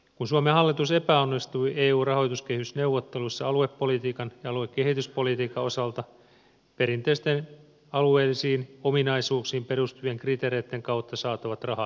kun suomen hallitus epäonnistui eun rahoituskehysneuvotteluissa aluepolitiikan ja aluekehityspolitiikan osalta perinteisten alueellisiin ominaisuuksiin perustuvien kriteereitten kautta saatavat rahat vähenivät